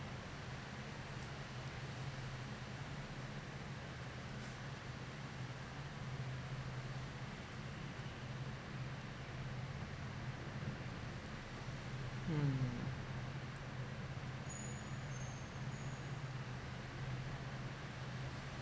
mm